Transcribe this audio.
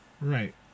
Right